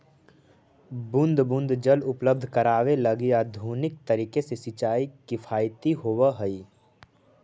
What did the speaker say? बूंद बूंद जल उपलब्ध करावे लगी आधुनिक तरीका से सिंचाई किफायती होवऽ हइ